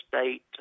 state